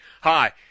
Hi